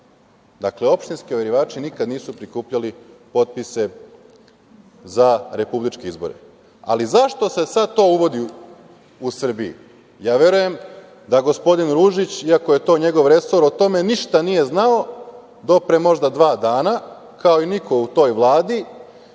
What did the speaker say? Dakle, opštinski overivači nikada nisu prikupljali potpise za republičke izbore. Ali, zašto se sada to uvodi u Srbiji? Verujem da gospodin Ružić, iako je to njegov resor, o tome ništa nije znao do pre možda dva dana, kao i niko u toj Vladi,